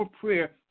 prayer